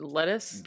Lettuce